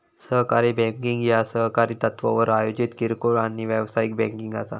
सहकारी बँकिंग ह्या सहकारी तत्त्वावर आयोजित किरकोळ आणि व्यावसायिक बँकिंग असा